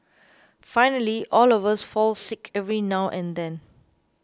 finally all of us fall sick every now and then